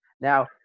Now